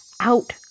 out